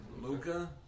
Luca